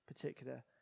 particular